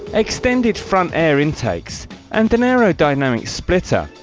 extended front air intakes and an aerodynamic splitter,